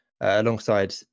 alongside